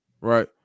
Right